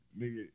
Nigga